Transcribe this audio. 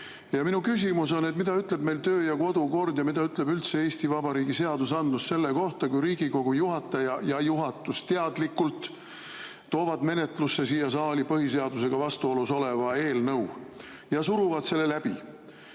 Minu küsimus on: mida ütleb meie töö- ja kodukord või mida ütleb üldse Eesti Vabariigi seadusandlus selle kohta, kui Riigikogu juhataja ja juhatus toovad teadlikult siia saali põhiseadusega vastuolus oleva eelnõu ja suruvad selle läbi?